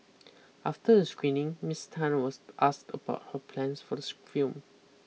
after the screening Miss Tan was asked about her plans for this film